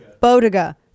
Bodega